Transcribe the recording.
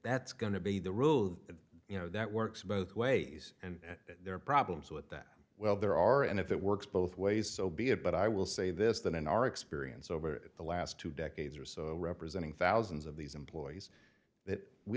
that's going to be the rule that you know that works both ways and there are problems with that well there are and if it works both ways so be it but i will say this that in our experience over the last two decades or so representing thousands of these employees that we